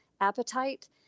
appetite